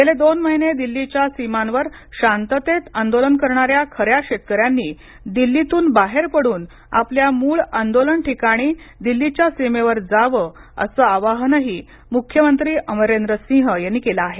गेले दोन महिने दिल्लीच्या सीमांवर शांततेत आंदोलन करणाऱ्या खऱ्या शेतकऱ्यांनी दिल्लीतून बाहेर पडून आपल्या मूळ आंदोलन ठिकाणी दिल्लीच्या सीमेवर जावं असं आवाहनही मुख्यमंत्री अमरेद्र सिंह यांनी केल आहे